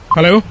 Hello